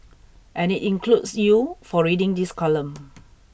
and it includes you for reading this column